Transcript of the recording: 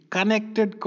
Connected